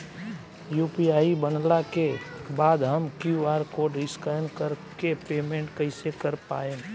UPI बनला के बाद हम क्यू.आर कोड स्कैन कर के पेमेंट कइसे कर पाएम?